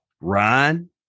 Ryan